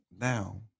now